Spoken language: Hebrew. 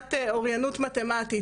מבחינת אוריינות מתמטית,